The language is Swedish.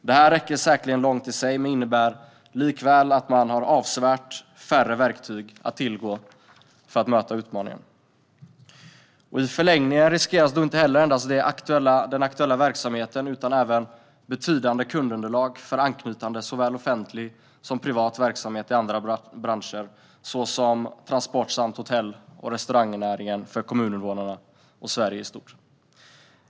Det här räcker säkerligen långt i sig men innebär likväl att man har avsevärt färre verktyg att tillgå för att möta utmaningen. I förlängningen riskeras inte endast den aktuella verksamheten utan även betydande kundunderlag för anknuten såväl offentlig som privat verksamhet i andra branscher såsom transport och hotell och restaurangnäringen för kommuninvånarna och Sverige i stort.